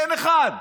אין אחד.